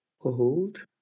Hold